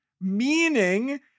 meaning